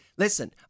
Listen